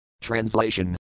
Translation